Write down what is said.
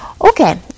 Okay